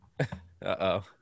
Uh-oh